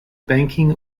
banking